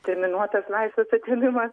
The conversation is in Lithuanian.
terminuotas laisvės atėmimas